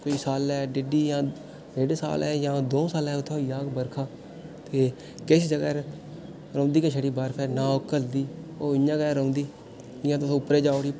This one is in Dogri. कोई सालै डिड्ढी जां डेढ साल जां द'ऊं सालें उत्थै होई जाह्ग बरखा ते किश जगह'र रौंह्दी गै छड़ी बर्फ ऐ नां ओह् घलदी ओह् इ'यां गै रौंह्दी जि'यां तुस उप्परै जाओ उठी